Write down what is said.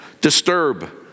disturb